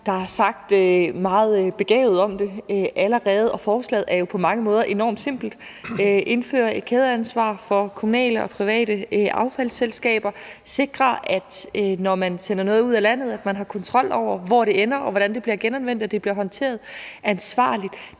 Der er sagt meget begavet om det allerede. Forslaget er jo på mange måder enormt simpelt: Indfør et kædeansvar for kommunale og private affaldsselskaber og sikr, når man sender noget ud af landet, at man har kontrol over, hvor det ender, og hvordan det bliver genanvendt, og at det bliver håndteret ansvarligt.